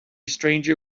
stranger